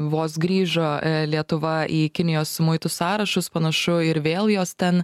vos grįžo lietuva į kinijos muitų sąrašus panašu ir vėl jos ten